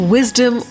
Wisdom